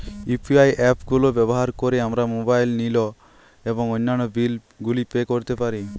UPI app গুলো ব্যবহার করে আমরা মোবাইল নিল এবং অন্যান্য বিল গুলি পে করতে পারি